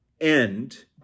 end